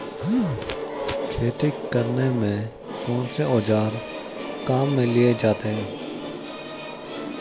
खेती करने में कौनसे औज़ार काम में लिए जाते हैं?